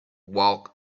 walk